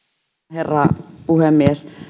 herra puhemies